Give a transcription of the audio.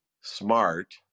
smart